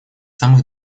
самых